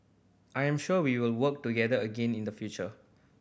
I am sure we will work together again in the future